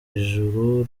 ijuru